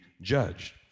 judged